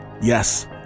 Yes